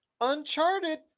Uncharted